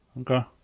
Okay